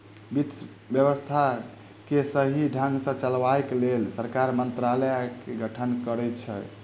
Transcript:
वित्त व्यवस्था के सही ढंग सॅ चलयबाक लेल सरकार मंत्रालयक गठन करने छै